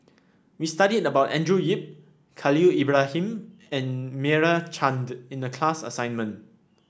we studied about Andrew Yip Khalil Ibrahim and Meira Chand in the class assignment